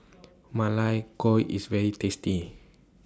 Ma Lai Gao IS very tasty